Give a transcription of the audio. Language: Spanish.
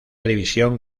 división